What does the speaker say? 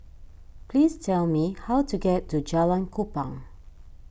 please tell me how to get to Jalan Kupang